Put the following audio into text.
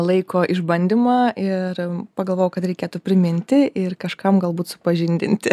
laiko išbandymą ir pagalvojau kad reikėtų priminti ir kažkam galbūt supažindinti